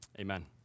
Amen